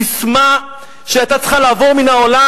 ססמה שהיתה צריכה לעבור מן העולם.